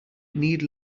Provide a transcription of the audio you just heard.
need